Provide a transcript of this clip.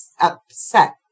upset